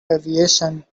aviation